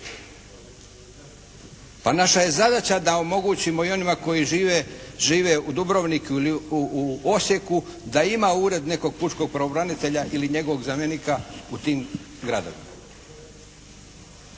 Pa naša je zadaća da omogućimo i onima koji žive u Dubrovniku ili u Osijeku da ima ured nekog pučkog pravobranitelja ili njegovog zamjenika u tim gradovima.